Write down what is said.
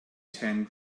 tent